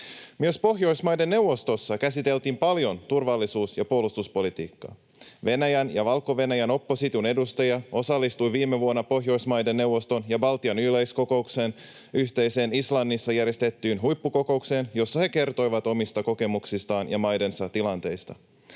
Myös Pohjoismaiden neuvostossa käsiteltiin paljon turvallisuus- ja puolustuspolitiikkaa. Venäjän ja Valko-Venäjän opposition edustajia osallistui viime vuonna Pohjoismaiden neuvoston ja Baltian yleiskokouksen yhteiseen Islannissa järjestettyyn huippukokoukseen, jossa he kertoivat omista kokemuksistaan ja maidensa tilanteista.